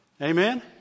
Amen